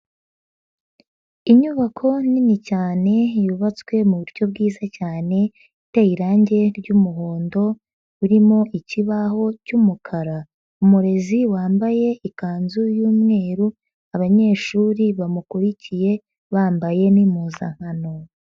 Inyubako nini cyane yubatswe mu buryo bwiza cyane, iteye irangi ry'umuhondo urimo ikibaho cy'umukara, umurezi wambaye ikanzu y'umweru, abanyeshuri bamukurikiye bambaye n'impuzankano.